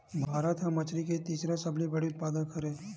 भारत हा मछरी के तीसरा सबले बड़े उत्पादक हरे